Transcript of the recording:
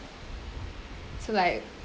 so like